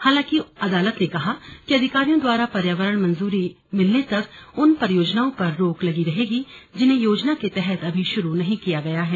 हालांकि अदालत ने कहा कि अधिकारियों द्वारा पर्यावरण मंजूरी मिलने तक उन परियोजनाओं पर रोक लगी रहेगी जिन्हें योजना के तहत अभी शुरू नहीं किया गया है